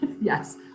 Yes